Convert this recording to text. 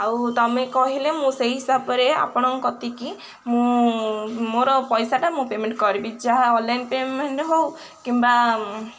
ଆଉ ତମେ କହିଲେ ମୁଁ ସେଇ ହିସାବରେ ଆପଣଙ୍କ କତିକି ମୁଁ ମୋର ପଇସାଟା ମୁଁ ପେମେଣ୍ଟ କରିବି ଯାହା ଅନଲାଇନ୍ ପେମେଣ୍ଟ ହେଉ କିମ୍ବା